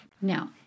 Now